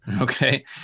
Okay